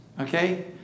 Okay